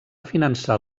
finançar